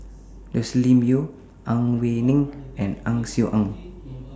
Joscelin Yeo Ang Wei Neng and Ang Swee Aun